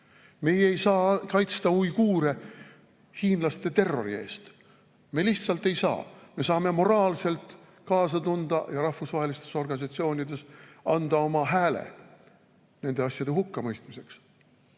Meie ei saa kaitsta uiguure hiinlaste terrori eest. Me lihtsalt ei saa. Me saame moraalselt kaasa tunda ja rahvusvahelistes organisatsioonides anda oma hääle nende asjade hukkamõistmiseks.